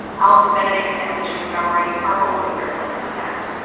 alison benedict and alicia montgomery are always there to lend a hand.